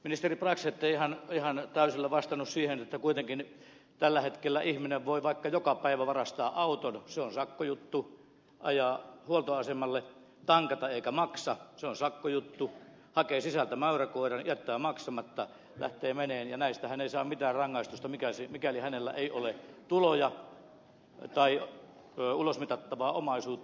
ministeri brax ette ihan täysillä vastannut siihen että kuitenkin tällä hetkellä ihminen voi vaikka joka päivä varastaa auton se on sakkojuttu ajaa huoltoasemalle tankata ja jättää maksamatta se on sakkojuttu hakea sisältä mäyräkoiran ja jättää maksamatta lähteä menemään ja näistähän ei saa mitään rangaistusta mikäli hänellä ei ole tuloja tai ulosmitattavaa omaisuutta